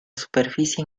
superficie